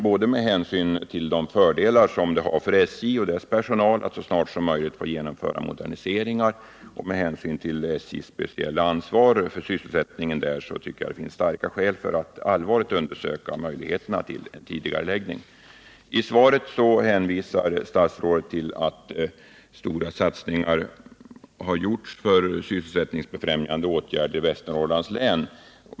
Både med hänsyn till de fördelar det har för SJ och dess personal att så snart som möjligt få genomföra moderniseringar och med hänsyn till SJ:s speciella ansvar för sysselsättningen i området tycker jag det finns starka skäl att undersöka möjligheterna till en tidigareläggning. I svaret hänvisar statsrådet till att stora satsningar gjorts på sysselsättningsbefrämjande åtgärder i Västernorrlands län.